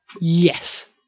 Yes